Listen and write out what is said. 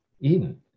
Eden